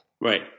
Right